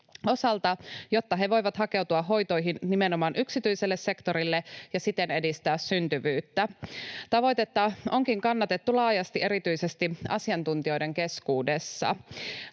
osalta, jotta he voivat hakeutua hoitoihin nimenomaan yksityiselle sektorille ja siten edistää syntyvyyttä. Tavoitetta onkin kannatettu laajasti erityisesti asiantuntijoiden keskuudessa.